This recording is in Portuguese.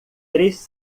três